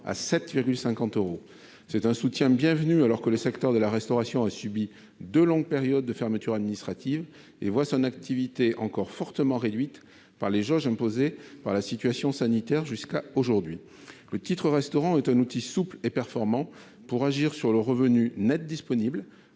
à 7,50 euros. C'est un soutien bienvenu, alors que le secteur de la restauration a subi deux longues périodes de fermeture administrative, et voit son activité encore fortement réduite par les jauges imposées par la situation sanitaire jusqu'à aujourd'hui. Le titre-restaurant est un outil souple et performant pour agir sur le revenu net disponible,